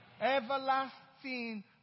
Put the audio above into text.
Everlasting